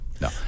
No